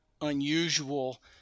unusual